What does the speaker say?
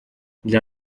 для